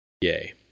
Yay